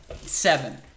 seven